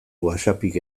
whatsappik